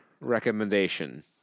recommendation